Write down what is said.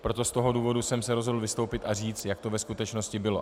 Proto z toho důvodu jsem se rozhodl vystoupit a říct, jak to ve skutečnosti bylo.